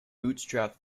bootstrap